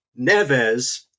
Neves